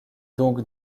donc